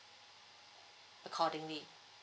accordingly